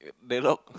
the rock